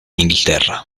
inghilterra